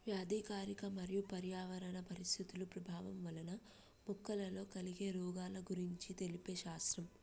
వ్యాధికారక మరియు పర్యావరణ పరిస్థితుల ప్రభావం వలన మొక్కలలో కలిగే రోగాల గురించి తెలిపే శాస్త్రం